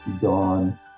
Dawn